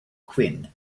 quinn